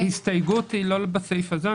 ההסתייגות היא לא בסעיף הזה.